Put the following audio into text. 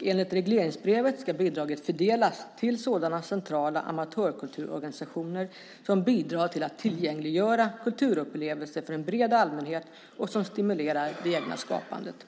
Enligt regleringsbrevet ska bidraget fördelas till sådana centrala amatörkulturorganisationer som bidrar till att tillgängliggöra kulturupplevelser för en bred allmänhet och som stimulerar det egna skapandet.